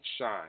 shine